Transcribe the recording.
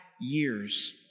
years